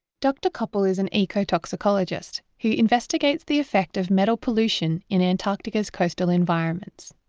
dr koppel is an ecotoxicologist who investigates the effect of metal pollution in antarctica's coastal environments.